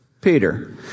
Peter